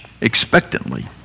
expectantly